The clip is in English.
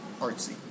artsy